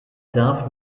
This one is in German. darf